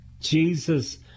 Jesus